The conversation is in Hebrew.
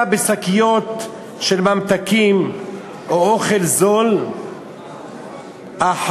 בשקיות של ממתקים או אוכל זול אחר,